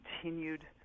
continued